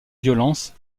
violences